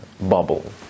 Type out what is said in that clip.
bubble